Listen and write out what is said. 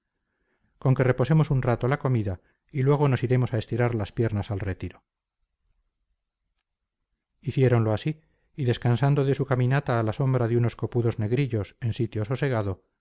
con que reposemos un rato la comida y luego nos iremos a estirar las piernas al retiro hiciéronlo así y descansando de su caminata a la sombra de unos copudos negrillos en sitio sosegado